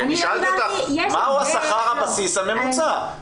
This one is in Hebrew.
אני שאלתי אותך מה הוא שכר הבסיס הממוצע.